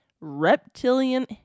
reptilian